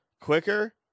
quicker